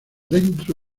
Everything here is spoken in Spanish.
dentro